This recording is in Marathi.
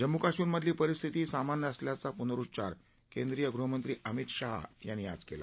जम्मू कश्मीरमधली परिस्थिती सामान्य असल्याचा पुनरुच्चार केंद्रीय गृहमंत्री अमित शाह यांनी आज केला